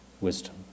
wisdom